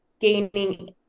Gaining